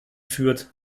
führt